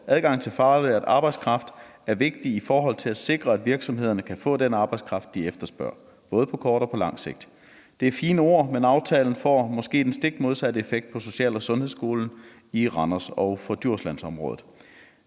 Adgang til faglært arbejdskraft er vigtig i forhold til at sikre, at virksomhederne kan få den arbejdskraft de efterspørger - både på kort og lang sigt.« Det er fine ord, men aftalen får måske den stik modsatte effekt for Randers Social- og Sundhedsskole og for Djurslandsområdet.